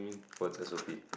what's S_O_P